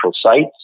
sites